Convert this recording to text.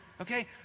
okay